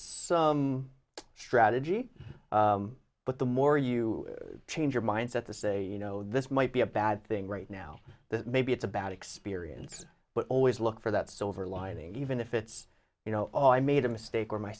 some strategy but the more you change your mindset the say you know this might be a bad thing right now that maybe it's a bad experience but i always look for that silver lining even if it's you know i made a mistake or my